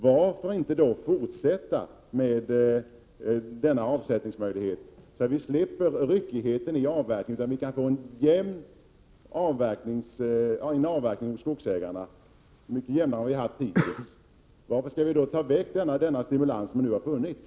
Varför då inte fortsätta med denna avsättningsmöjlighet, så att vi slipper ryckighet i avverkningen, utan kan få en jämn avverkning hos skogsägarna — mycket jämnare än vi har haft hittills? Varför skall vi ta bort den stimulans som nu har funnits?